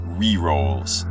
rerolls